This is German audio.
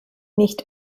nicht